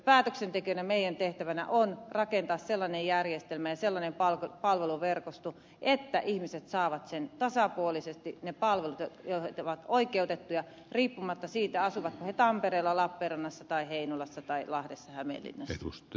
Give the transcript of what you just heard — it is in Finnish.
päätöksentekijöinä meidän tehtävänämme on rakentaa sellainen järjestelmä ja sellainen palveluverkosto että ihmiset saavat tasapuolisesti ne palvelut joihin he ovat oikeutettuja riippumatta siitä asuvatko he tampereella lappeenrannassa heinolassa lahdessa tai hämeenlinnassa